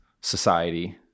society